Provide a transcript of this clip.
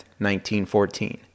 1914